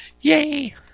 Yay